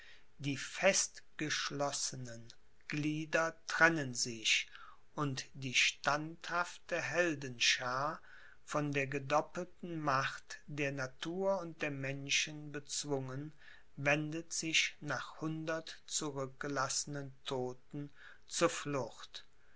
die festgeschlossenen glieder trennen sich und die standhafte heldenschaar von der gedoppelten macht der natur und der menschen bezwungen wendet sich nach hundert zurückgelassenen todten zur flucht